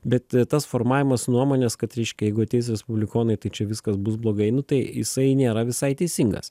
bet tas formavimas nuomonės kad reiškia jeigu ateis respublikonai tai čia viskas bus blogai nu tai jisai nėra visai teisingas